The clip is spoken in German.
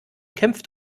kämpft